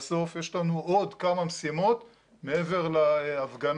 בסוף יש לנו עוד כמה משימות מעבר להפגנה,